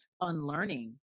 unlearning